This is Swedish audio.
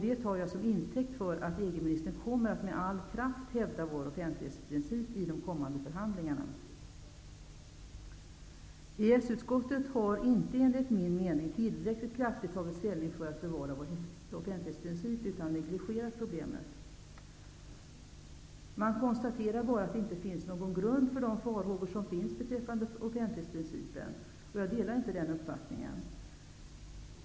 Det tar jag som intäkt för att EG-ministern kommer att med all kraft hävda vår offentlighetsprincip i de kommande förhandlingarna. EES-utskottet har inte enligt min mening tillräckligt kraftigt tagit ställning för att bevara vår offentlighetsprincip utan negligerar problemet. Man konstaterar bara att det inte finns någon grund för de farhågor som finns beträffande offentlighetsprincipen. Jag delar inte den uppfattningen.